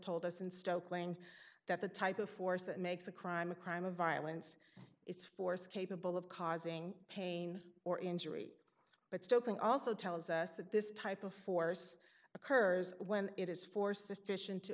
told us in stoke lane that the type of force that makes a crime a crime of violence is force capable of causing pain or injury but still can also tells us that this type of force occurs when it is for sufficient to